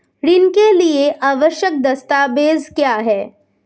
ऋण के लिए आवश्यक दस्तावेज क्या हैं?